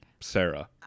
Sarah